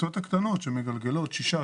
בקבוצות הקטנות שמגלגלות 6,